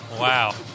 Wow